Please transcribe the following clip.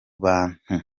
bantu